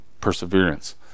perseverance